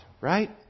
right